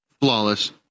Flawless